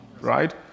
right